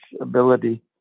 ability